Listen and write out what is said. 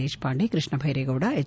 Deshpande Krishna Byre Gowda H